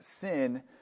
sin